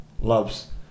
loves